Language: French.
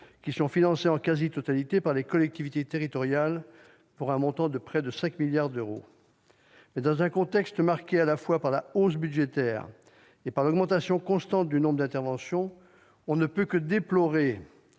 qui sont financés en quasi-totalité par les collectivités territoriales, pour un montant de près de 5 milliards d'euros. Toutefois, dans un contexte marqué à la fois par la hausse budgétaire et par l'augmentation constante du nombre d'interventions, on ne peut que déplorer